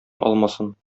алмасын